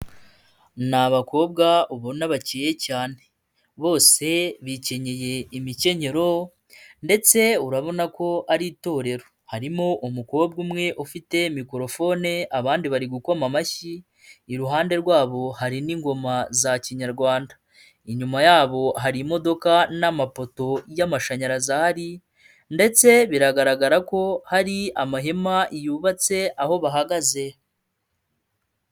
Ni abakobwa ubona bakeye cyane bose bikenyeye imikenyero ndetse urabona ko ari itorero, harimo umukobwa umwe ufite mikorofone abandi bari gukoma amashyi, iruhande rwabo hari n'ingoma za kinyarwanda, inyuma yabo hari imodoka n'amapoto y'amashanyarazi ahari ndetse biragaragara ko hari amahema yubatse aho bahagaze.